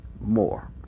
more